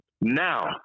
Now